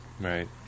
Right